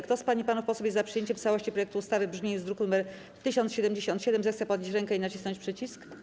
Kto z pań i panów posłów jest za przyjęciem w całości projektu ustawy w brzmieniu z druku nr 1077, zechce podnieść rękę i nacisnąć przycisk.